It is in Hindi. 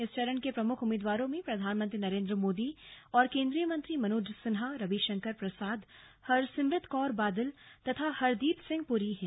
इस चरण के प्रमुख उम्मीदवारों में प्रधानमंत्री नरेंद्र मोदी और केंद्रीय मंत्री मनोज सिन्हा रविशंकर प्रसाद हरसिमरत कौर बादल तथा हरदीप सिंह पुरी हैं